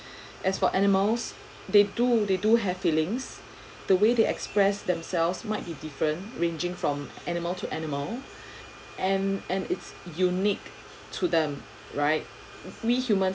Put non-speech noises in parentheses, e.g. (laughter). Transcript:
(breath) as for animals they do they do have feelings (breath) the way they express themselves might be different ranging from animal to animal (breath) and and it's unique to them right we human